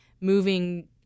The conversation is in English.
moving